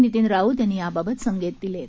नितीन राऊत यांनी याबाबत संकेत दिले होते